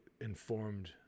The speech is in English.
informed